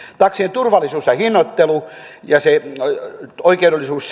taksien turvallisuus ja hinnoittelun oikeudellisuus